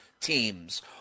teams